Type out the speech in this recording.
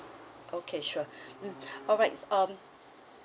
okay sure mm alrights um